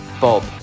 Bob